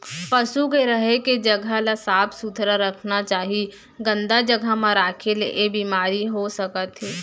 पसु के रहें के जघा ल साफ सुथरा रखना चाही, गंदा जघा म राखे ले ऐ बेमारी हो सकत हे